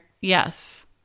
yes